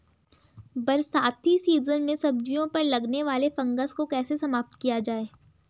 बरसाती सीजन में सब्जियों पर लगने वाले फंगस को कैसे समाप्त किया जाए?